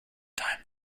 time